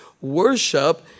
worship